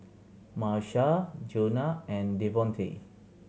Marsha Jonah and Devontae